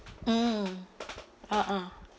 mm (uh huh)